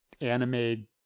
anime